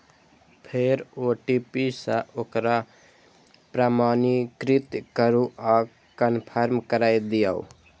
फेर ओ.टी.पी सं ओकरा प्रमाणीकृत करू आ कंफर्म कैर दियौ